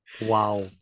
wow